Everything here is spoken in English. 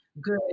good